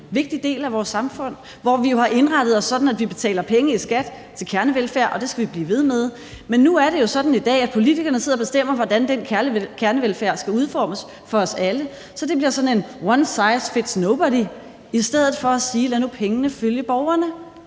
vigtig del af vores samfund, hvor vi jo har indrettet os sådan, at vi betaler penge i skat til kernevelfærd – og det skal vi blive ved med. Men nu er det jo sådan i dag, at politikerne sidder og bestemmer, hvordan den kernevelfærd skal udformes for os alle, så det bliver sådan en one size fits nobody, i stedet for at sige: Lad nu pengene følge borgerne,